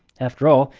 after all,